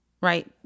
right